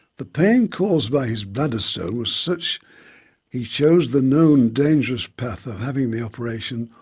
the pain caused by his bladder stone was such he chose the known dangerous path of having the operation,